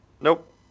Nope